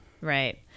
right